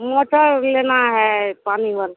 motor लेना है पानि बाला